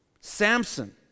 Samson